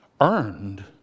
earned